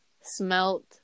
smelt